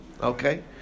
Okay